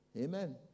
Amen